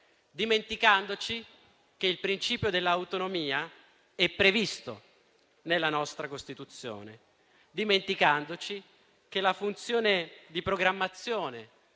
dimenticando che il principio dell'autonomia è previsto nella nostra Costituzione e che la funzione di programmazione